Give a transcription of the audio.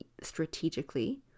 strategically